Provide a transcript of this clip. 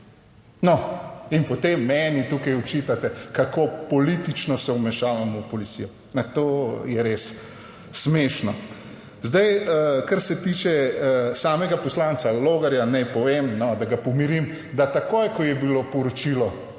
in potem meni tukaj očitate, kako politično se vmešavamo v policijo. Na, to je res smešno. Zdaj, kar se tiče samega poslanca Logarja, naj povem, no, da ga pomirim, da takoj, ko je bilo poročilo